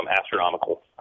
astronomical